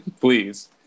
please